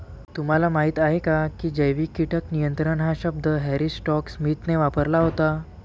तुम्हाला माहीत आहे का की जैविक कीटक नियंत्रण हा शब्द हॅरी स्कॉट स्मिथने वापरला होता?